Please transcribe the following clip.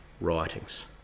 writings